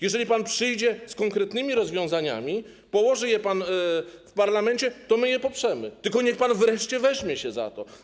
Jeżeli pan przyjdzie z konkretnymi rozwiązaniami, przedłoży je pan w parlamencie, to my je poprzemy, tylko niech pan wreszcie weźmie się za to.